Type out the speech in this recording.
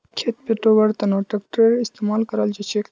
खेत पैटव्वार तनों ट्रेक्टरेर इस्तेमाल कराल जाछेक